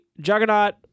Juggernaut